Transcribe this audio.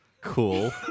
Cool